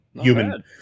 human